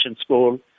school